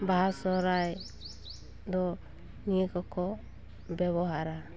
ᱵᱟᱦᱟ ᱥᱚᱦᱨᱟᱭ ᱫᱚ ᱱᱤᱭᱟᱹ ᱠᱚᱠᱚ ᱵᱮᱵᱚᱦᱟᱨᱟ